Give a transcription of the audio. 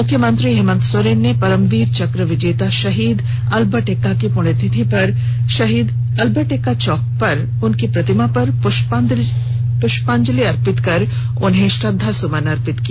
मुख्यमंत्री हेमंत सोरेन ने परमवीर चक्र विजेता शहीद अल्बर्ट एक्का की पुण्यतिथि पर अल्बर्ट एक्का चौक स्थित उनकी प्रतिमा पर पुष्पांजलि अर्पित कर श्रद्वास्मन अर्पित की